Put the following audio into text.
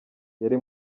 yari